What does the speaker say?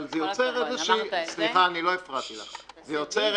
אבל זה יוצר איזושהי --- כל הכבוד, אמרת את זה.